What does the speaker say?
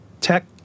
tech